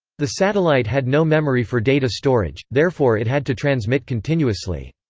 the satellite had no memory for data storage, therefore it had to transmit continuously.